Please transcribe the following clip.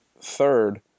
third